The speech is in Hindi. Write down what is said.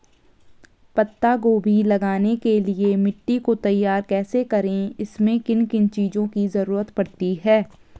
पत्ता गोभी लगाने के लिए मिट्टी को तैयार कैसे करें इसमें किन किन चीज़ों की जरूरत पड़ती है?